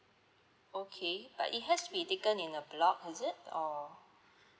okay but it has to be taken in a block is it or